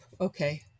okay